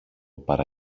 παρά